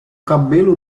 cabelo